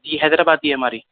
یہ حیدرآبادی ہماری